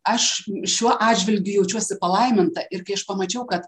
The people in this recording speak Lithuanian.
aš šiuo atžvilgiu jaučiuosi palaiminta ir kai aš pamačiau kad